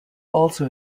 also